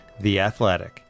theathletic